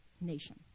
nation